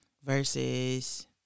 versus